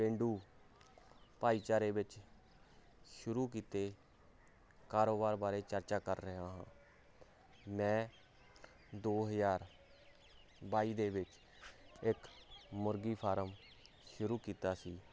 ਪੇਂਡੂ ਭਾਈਚਾਰੇ ਵਿੱਚ ਸ਼ੁਰੂ ਕੀਤੇ ਕਾਰੋਬਾਰ ਬਾਰੇ ਚਰਚਾ ਕਰ ਰਿਹਾ ਮੈਂ ਦੋ ਹਜ਼ਾਰ ਬਾਈ ਦੇ ਵਿੱਚ ਇੱਕ ਮੁਰਗੀ ਫਾਰਮ ਸ਼ੁਰੂ ਕੀਤਾ ਸੀ